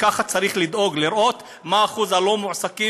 ככה צריך לראות: מה אחוז המועסקים,